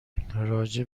راجع